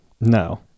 no